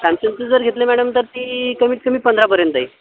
सॅमसंगची जर घेतली मॅडम तर ती कमीतकमी पंधरापर्यंत जाईल